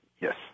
Yes